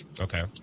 Okay